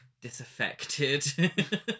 disaffected